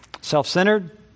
Self-centered